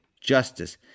justice